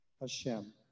Hashem